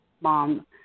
mom